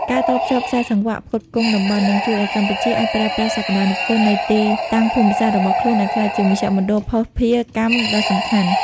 ការតភ្ជាប់ខ្សែសង្វាក់ផ្គត់ផ្គង់តំបន់ នឹងជួយឱ្យកម្ពុជាអាចប្រើប្រាស់សក្ដានុពលនៃទីតាំងភូមិសាស្ត្ររបស់ខ្លួនឱ្យក្លាយជាមជ្ឈមណ្ឌលភស្តុភារកម្មដ៏សំខាន់។